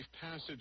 passage